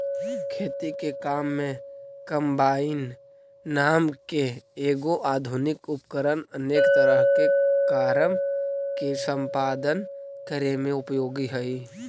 खेती के काम में कम्बाइन नाम के एगो आधुनिक उपकरण अनेक तरह के कारम के सम्पादन करे में उपयोगी हई